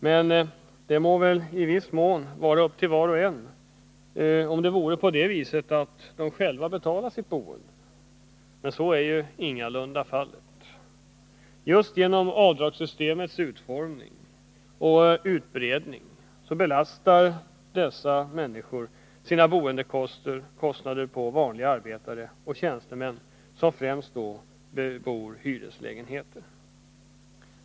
Men detta må väl i viss mån vara upp till var och en, om det vore på det sättet att alla själva betalade sitt boende. Men så är ingalunda fallet. Just genom avdragssystemets utformning och utbredning belastar dessa människor med sina boendekostnader vanliga arbetare och tjänstemän, som främst bebor hyreslägenheter.